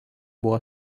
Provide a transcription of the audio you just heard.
buvo